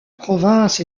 province